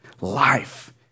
life